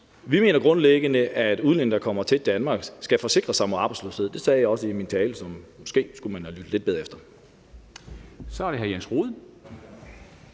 Vi mener grundlæggende, at udlændinge, der kommer til Danmark, skal forsikre sig mod arbejdsløshed. Det sagde jeg også i min tale. Så måske skulle man have lyttet lidt bedre efter. Kl. 10:23 Formanden